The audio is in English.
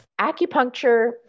acupuncture